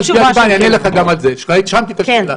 את השאלה,